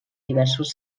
diversos